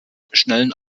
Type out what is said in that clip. schnellen